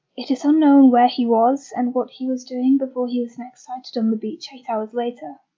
it is unknown where he was and what he was doing before he was next sighted on the beach eight hours later.